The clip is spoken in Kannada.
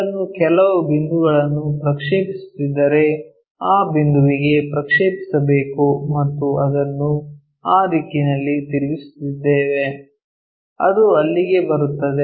ಇದನ್ನು ಕೆಲವು ಬಿಂದುಗಳನ್ನು ಪ್ರಕ್ಷೇಪಿಸುತ್ತಿದ್ದರೆ ಆ ಬಿಂದುವಿಗೆ ಪ್ರಕ್ಷೇಪಿಸಬೇಕು ಮತ್ತು ಅದನ್ನು ಆ ದಿಕ್ಕಿನಲ್ಲಿ ತಿರುಗಿಸುತ್ತಿದ್ದೇವೆ ಅದು ಅಲ್ಲಿಗೆ ಬರುತ್ತದೆ